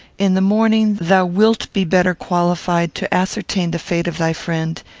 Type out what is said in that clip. in the morning, thou wilt be better qualified to ascertain the fate of thy friend,